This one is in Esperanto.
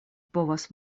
povas